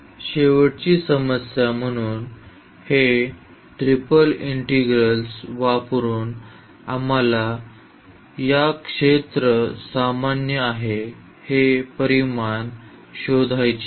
शेवटची समस्या म्हणून हे ट्रिपल इंटिग्रल्स वापरुन आम्हाला क्षेत्र सामान्य आहे हे परिमाण शोधायचे आहे